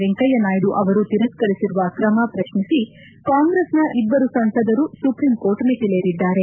ವೆಂಕಯ್ದನಾಯ್ದು ಅವರು ತಿರಸ್ತರಿಸಿರುವ ಕ್ರಮ ಪ್ರಶ್ನಿಸಿ ಕಾಂಗ್ರೆಸ್ನ ಇಬ್ಬರು ಸಂಸದರು ಸುಪ್ರೀಂ ಕೋರ್ಟ್ ಮೆಟ್ಟಿಲೇರಿದ್ದಾರೆ